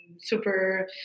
super